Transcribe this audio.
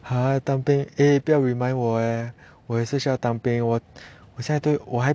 !huh! 当兵 eh 不要 remind 我诶我也需要去当兵我我现在我还